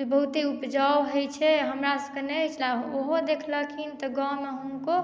बहुते उपजो होइ छै हमरासभ के नहि होइ छलए ओहो देखलखिन तऽ गाॅंवमे हुनको